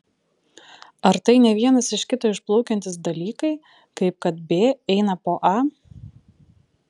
ar tai ne vienas iš kito išplaukiantys dalykai kaip kad b eina po a